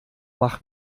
mach